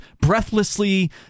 breathlessly